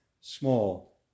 small